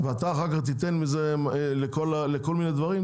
ואתה אחר כך תיתן מזה לכל מיני דברים?